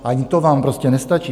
Ani to vám prostě nestačí.